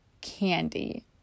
candy